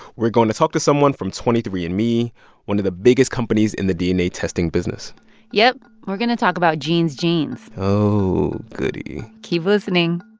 we're going to talk to someone from twenty three and andme, one of the biggest companies in the dna testing business yep, we're going to talk about gene's genes oh, goody keep listening